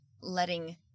letting